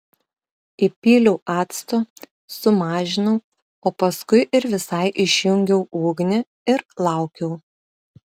įpyliau acto sumažinau o paskui ir visai išjungiau ugnį ir laukiau